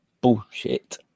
bullshit